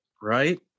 Right